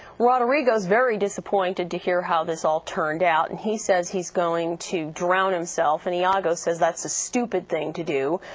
roderigo is very disappointed to hear how this all turned out, and he says he's going to drown himself and iago says, that's a stupid thing to do.